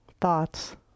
thoughts